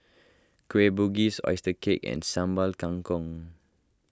Kueh Bugis Oyster Cake and Sambal Kangkong